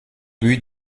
but